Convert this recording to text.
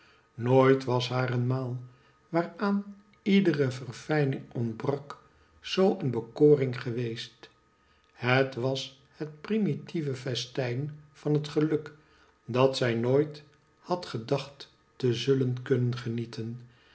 nooit was haar een maal waaraan iedere verfijning ontbrak zoo een bekoring geweest het was het primitieve festijn van het geluk dat zij nooit had gedacht te zullen kunnen genieten